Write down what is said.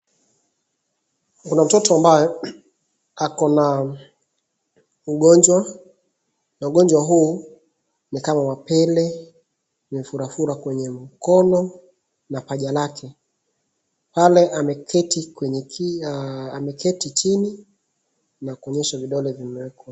Kuna mtoto ambaye ako na ugonjwa na ugonjwa huu nikama wa pele imefurafura kwenye mkono na paja lake. Pale ameketi chini na kuonyesha vidole zimewekwa pale.